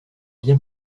bien